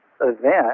event